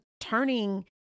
turning